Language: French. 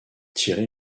thierry